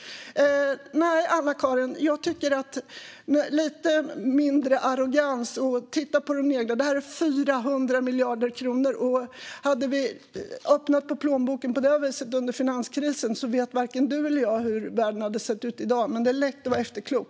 Nej, Anna-Caren, jag tycker att det skulle vara lite mindre arrogans. Det är 400 miljarder kronor. Hade vi öppnat plånboken på det viset under finanskrisen vet varken du eller jag hur världen hade sett ut i dag. Men det är lätt att vara efterklok.